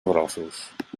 grossos